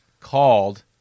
called